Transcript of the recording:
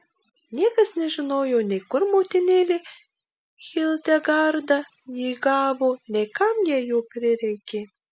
niekas nežinojo nei kur motinėlė hildegarda jį gavo nei kam jai jo prireikė